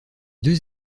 deux